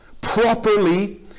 properly